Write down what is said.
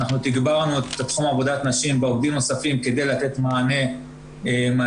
אנחנו תגברנו את תחום עבודת נשים בעובדים נוספים כדי לתת מענה מהיר